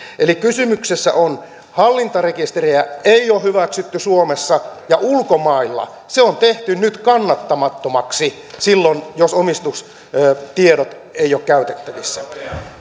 eli kysymyksessä olevaa hallintarekisteriä ei ole hyväksytty suomessa ja ulkomailla se on tehty nyt kannattamattomaksi silloin jos omistustiedot eivät ole käytettävissä